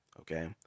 okay